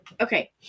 okay